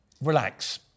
Relax